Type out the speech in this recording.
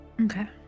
Okay